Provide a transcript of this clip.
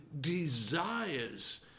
desires